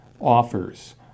offers